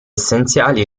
essenziali